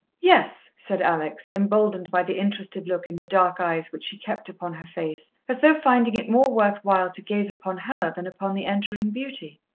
yes, said alex, emboldened by the interested look in the dark eyes which he kept upon her face, as though finding it more worth while to gaze upon her than upon the entering beauty.